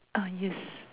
ah yes